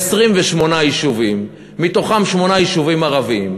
ב-28 יישובים, מתוכם שמונה יישובים ערביים,